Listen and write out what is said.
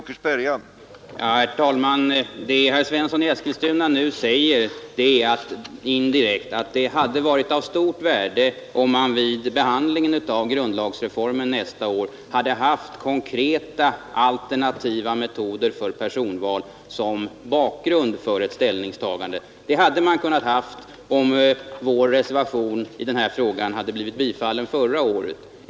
Herr talman! Det som herr Svensson i Eskilstuna nu säger är, indirekt, att det hade varit av stort värde om man vid behandlingen av grundlagsreformen nästa år hade haft konkreta alternativa metoder för personval som bakgrund för ett ställningstagande. Det hade man haft om vår reservation i den här frågan blivit bifallen förra året.